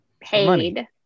paid